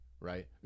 right